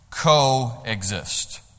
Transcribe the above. coexist